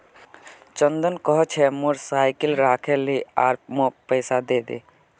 चंदन कह छ मोर साइकिल राखे ले आर मौक पैसा दे दे